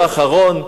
האחרון.